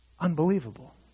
Unbelievable